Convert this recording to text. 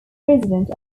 president